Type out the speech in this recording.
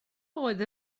oedd